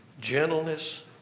gentleness